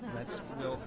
that's